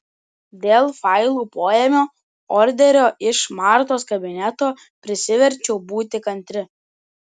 dėl failų poėmio orderio iš martos kabineto prisiverčiau būti kantri